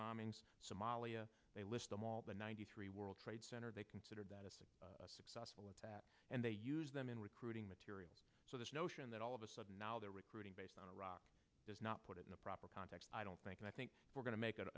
bombings somalia they list them all but ninety three world trade center they considered that as a successful attack and they use them in recruiting material so this notion that all of a sudden now they're recruiting based on iraq does not put it in a proper context i don't think and i think we're going to make